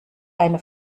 eine